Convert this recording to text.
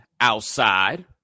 Outside